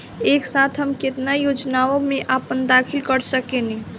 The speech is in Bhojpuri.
एक साथ हम केतना योजनाओ में अपना दाखिला कर सकेनी?